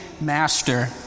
master